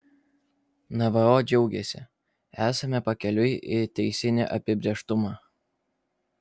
nvo džiaugiasi esame pakeliui į teisinį apibrėžtumą